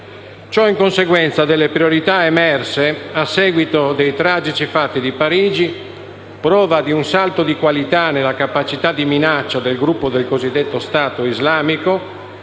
Ciò in conseguenza delle priorità emerse a seguito dei tragici fatti di Parigi, prova di un salto di qualità nella capacità di minaccia nel gruppo del cosiddetto Stato Islamico